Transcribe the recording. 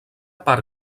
part